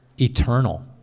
eternal